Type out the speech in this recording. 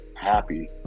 happy